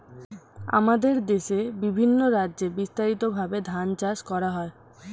আমাদের দেশে বিভিন্ন রাজ্যে বিস্তারিতভাবে ধান চাষ করা হয়